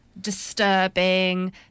disturbing